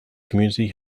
community